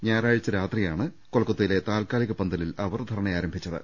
ഞായ റാഴ്ച്ച രാത്രിയാണ് കൊൽക്കത്തയിലെ താൽക്കാലിക പന്തലിൽ അവർ ധർണയാരംഭിച്ചത്